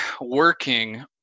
working